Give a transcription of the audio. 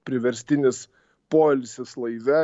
priverstinis poilsis laive